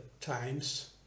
times